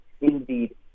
indeed